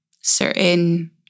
certain